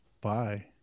bye